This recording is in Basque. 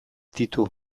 ditu